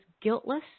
guiltless